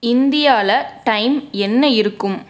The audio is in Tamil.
இந்தியாவில டைம் என்ன இருக்கும்